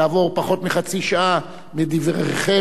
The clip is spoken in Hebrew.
כעבור פחות מחצי שעה מדבריכם,